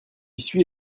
suis